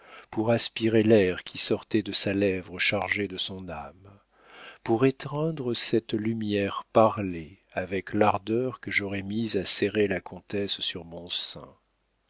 pour aspirer l'air qui sortait de sa lèvre chargé de son âme pour étreindre cette lumière parlée avec l'ardeur que j'aurais mise à serrer la comtesse sur mon sein